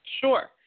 Sure